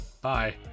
Bye